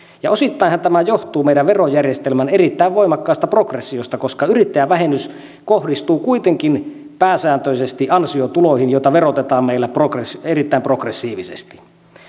osittainhan tämä johtuu meidän verojärjestelmän erittäin voimakkaasta progressiosta koska yrittäjävähennys kohdistuu kuitenkin pääsääntöisesti ansiotuloihin joita verotetaan meillä erittäin progressiivisesti